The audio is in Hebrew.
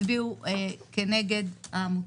הצביעו כנגד העמותה.